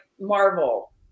Marvel